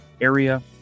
area